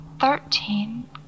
Thirteen